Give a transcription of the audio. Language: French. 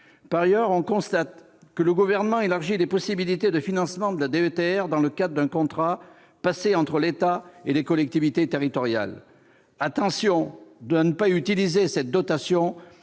Par ailleurs, on constate que le Gouvernement élargit les possibilités de financement de la DETR dans le cadre d'un contrat passé entre l'État et les collectivités territoriales. Attention à ne pas utiliser cette dotation